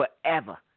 forever